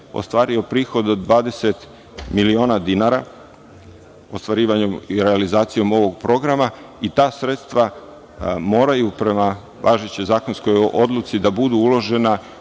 ostvario prihod od 20 miliona dinara ostvarivanjem i realizacijom ovog programa i ta sredstva moraju prema važećoj zakonskoj odluci da budu uložena